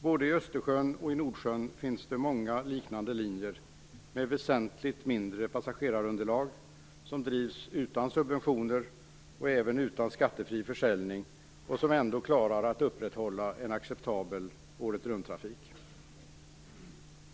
Både i Östersjön och i Nordsjön finns det många liknande linjer, med väsentligt mindre passagerarunderlag, som drivs utan subventioner, och även utan skattefri försäljning och som ändå klarar att upprätthålla en acceptabel åretrunttrafik.